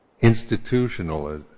institutional